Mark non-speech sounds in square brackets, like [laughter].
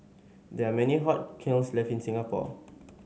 there are many [unintelligible] kilns left in Singapore